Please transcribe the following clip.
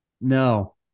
No